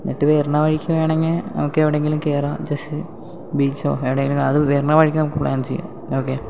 എന്നിട്ട് വരുന്ന വഴിക്ക് വേണമെങ്കിൽ നമുക്ക് എവിടെയെങ്കിലും കയറാം ജസ്റ്റ് ബീച്ചോ എവിടെയെങ്കിലും അത് വരുന്ന വഴിക്ക് നമുക്ക് പ്ലാൻ ചെയ്യാം ഓക്കെ